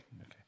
Okay